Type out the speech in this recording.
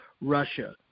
Russia